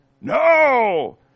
no